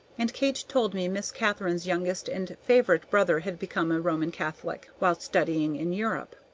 and kate told me miss katharine's youngest and favorite brother had become a roman catholic while studying in europe.